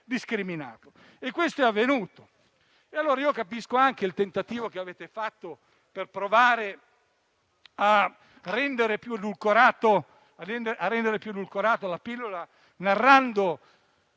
Questo è avvenuto. Capisco anche il tentativo che avete fatto per provare a rendere più edulcorata la pillola, narrando